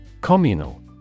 Communal